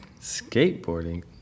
Skateboarding